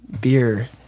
beer